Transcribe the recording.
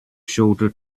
shoulder